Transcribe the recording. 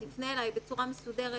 תפנה אלי בצורה מסודרת,